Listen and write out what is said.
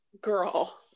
girl